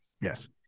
yes